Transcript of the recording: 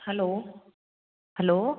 hello hello